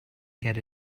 get